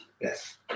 Yes